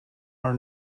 are